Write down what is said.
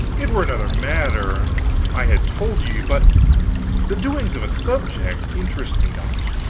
it were another matter, and i had told ye but the doings of a subject interest me not.